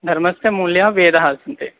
धर्मस्य मूलः वेदाः सन्ति